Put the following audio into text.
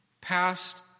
past